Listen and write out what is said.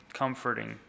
comforting